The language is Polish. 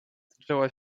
zaczęła